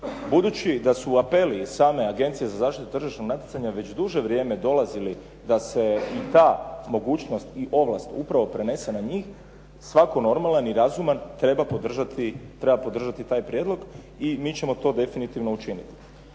Budući da su apeli iz same Agencije za zaštitu tržišnog natjecanja već duže vrijeme dolazili da se i ta mogućnost i ovlast upravo prenese na njih, svatko normalan i razuman treba podržati taj prijedlog i mi ćemo to definitivno učiniti.